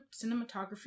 cinematography